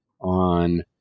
on